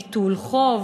ביטול חוב,